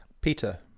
Peter